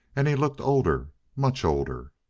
and he looked older, much older.